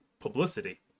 publicity